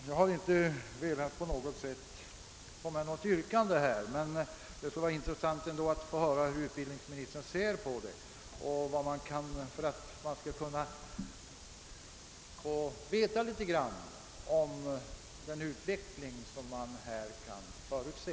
Jag har inte velat framställa något yrkande, men det skulle vara intressant att höra hur utbildningsministern ser på denna sak, ifall han vill säga något om den utveckling man här kan förutse.